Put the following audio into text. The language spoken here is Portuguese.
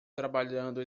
trabalhando